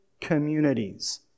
communities